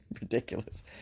Ridiculous